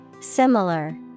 Similar